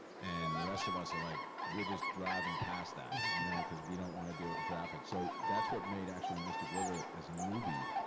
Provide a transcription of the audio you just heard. and the rest of us are like, we're just driving past that, you know cause we don't wanna deal with the traffic. so that's what made, actually, mystic river as a movie,